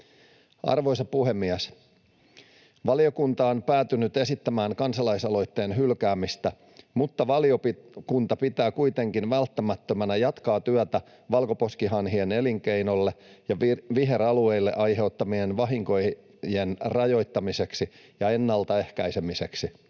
Arvoisa puhemies! Valiokunta on päätynyt esittämään kansalaisaloitteen hylkäämistä, mutta valiokunta pitää kuitenkin välttämättömänä jatkaa työtä valkoposkihanhien elinkeinolle ja viheralueille aiheuttamien vahinkojen rajoittamiseksi ja ennaltaehkäisemiseksi.